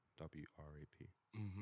W-R-A-P